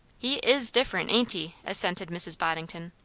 he is different, ain't he? assented mrs. boddington.